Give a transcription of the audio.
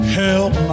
help